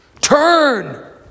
Turn